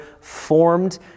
formed